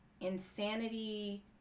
insanity